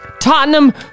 Tottenham